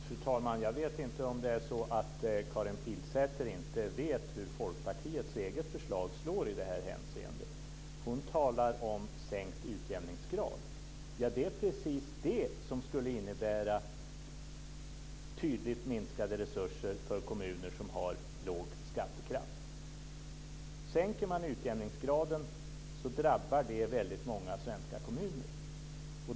Fru talman! Jag vet inte om det är så att Karin Pilsäter inte vet hur Folkpartiets eget förslag slår i detta hänseende. Hon talar om sänkt utjämningsgrad. Det är precis det som skulle innebära tydligt minskade resurser för kommuner som har låg skattekraft. Sänker man utjämningsgraden drabbar det väldigt många svenska kommuner.